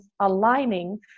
aligning